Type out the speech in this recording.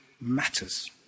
matters